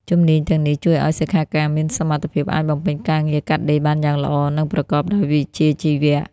ជំនាញទាំងនេះជួយឱ្យសិក្ខាកាមមានសមត្ថភាពអាចបំពេញការងារកាត់ដេរបានយ៉ាងល្អ និងប្រកបដោយវិជ្ជាជីវៈ។